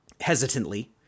hesitantly